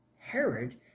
Herod